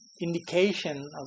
indication